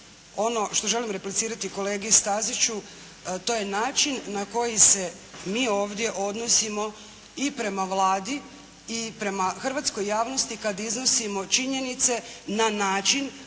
ono što želim replicirati kolegi Staziću to je način na koji se mi ovdje odnosimo i prema Vladi i prema hrvatskoj javnosti kada iznosimo činjenice na način